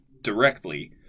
directly